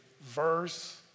verse